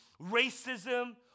racism